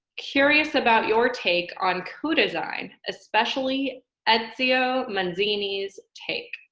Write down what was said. curious about your take on co-design, especially ezio manzini's take,